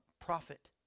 profit